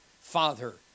Father